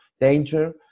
danger